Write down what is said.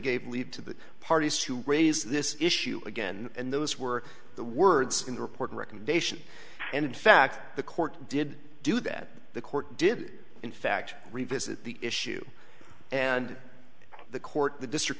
gave leave to the parties to raise this issue again and those were the words in the report recommendation and in fact the court did do that the court did in fact revisit the issue and the court the district